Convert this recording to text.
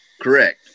correct